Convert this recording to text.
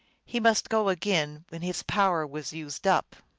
he must go again when his power was used up.